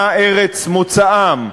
מה ארץ מוצאם,